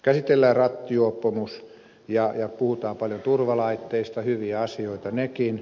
käsitellään rattijuopumus ja puhutaan paljon turvalaitteista hyviä asioita nekin